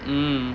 mm